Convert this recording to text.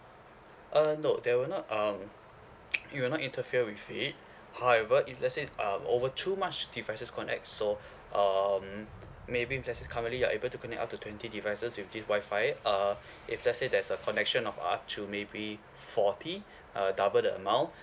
uh no there were not um you are not interfere with it however if let's say um over too much devices connect so uh mm maybe let say currently you are able to connect up to twenty devices with this Wi-Fi uh if let's say there's a connection of up to maybe forty uh double the amount